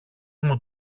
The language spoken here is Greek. μου